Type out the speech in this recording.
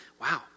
wow